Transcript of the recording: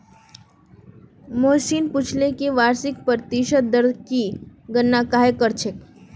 मोहनीश पूछले कि वार्षिक प्रतिशत दर की गणना कंहे करछेक